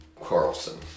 Carlson